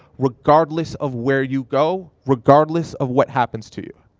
regardless of where you go, regardless of what happens to you.